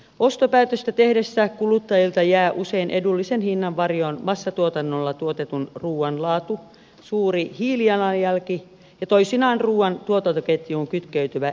ostopäätöstä tehdessään kuluttajilta jää usein edullisen hinnan varjoon massatuotannolla tuotetun ruuan laatu suuri hiilijalanjälki ja toisinaan ruuan tuotantoketjuun kytkeytyvä epäeettinen toiminta